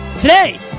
Today